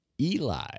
Eli